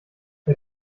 der